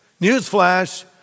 Newsflash